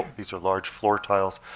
these are large floor tiles.